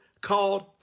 called